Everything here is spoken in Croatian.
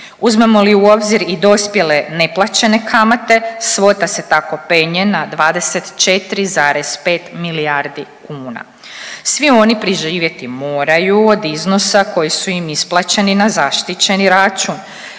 Uzmemo li u obzir i dospjele neplaćene kamate svota se tako penje na 24,5 milijardi kuna. Svi oni preživjeti moraju od iznosa koji su im isplaćeni na zaštićeni račun,